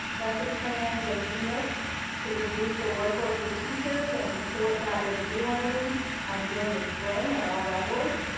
lesson plans, and units to reduce the workload for teachers and support that review learning um during the spring at all levels.